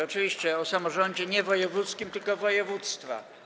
Oczywiście nie o samorządzie wojewódzkim, tylko województwa.